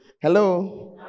Hello